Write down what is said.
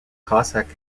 cossack